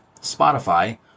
Spotify